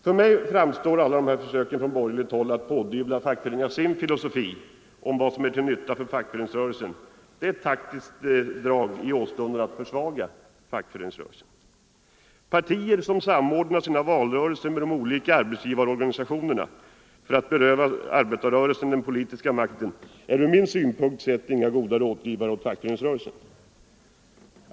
För mig framstår alla dessa försök från borgerligt håll att pådy föreningarna sin filosofi om vad som är till nytta för fackföreningsrörelsen som ett taktiskt drag i åstundan att försvaga fackföreningsrörelsen Partier som samordnar sina valrörelser med de olika arbetsgivarorganisationerna för att beröva arbetarrörelsen den politiska makten är från min synpunkt sett inga goda rådgivare åt fackföreningsrörelsen.